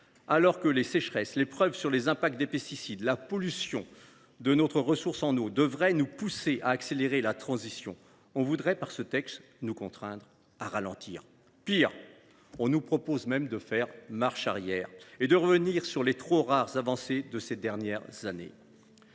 Alors que les sécheresses, les preuves de l’impact des pesticides et la pollution de notre ressource en eau devraient nous pousser à accélérer la transition, on voudrait nous contraindre à ralentir. Pire, on nous propose même de faire marche arrière en revenant sur les trop rares avancées acquises ces dernières années.